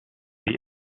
die